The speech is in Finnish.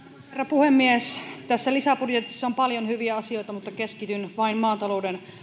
puhemies tässä lisäbudjetissa on paljon hyviä asioita mutta keskityn vain maatalouden